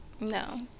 no